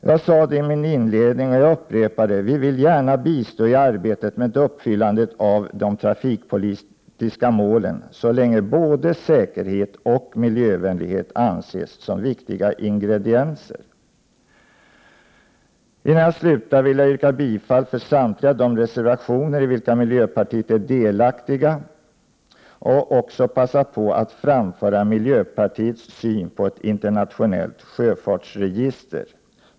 Jag sade i min inledning och jag upprepar det: Vi vill bistå i arbetet med uppfyllandet av de trafikpolitiska målen, så länge både säkerhet och miljövänlighet anses som viktiga ingredienser. Jag yrkar bifall till samtliga de reservationer i vilka miljöpartiet är delaktigt och vill också passa på att framföra miljöpartiets syn på ett internationellt sjöfartsregister.